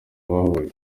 bahuye